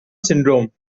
syndrome